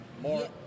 More